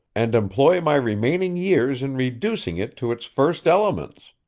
and employ my remaining years in reducing it to its first elements.